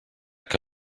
que